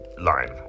line